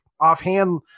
Offhand